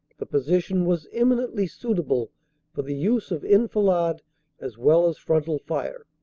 the position was emin ently suitable for the use of enfilade as well as frontal fire,